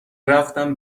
رفتم